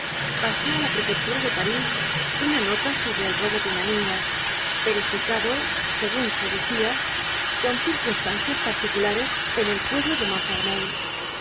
pasó á la prefectura de parís una nota sobre el robo de una niña verificado segun se decia con circunstancias particulares en el pueblo de